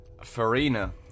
Farina